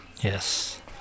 yes